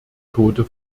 tode